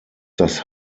das